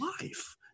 life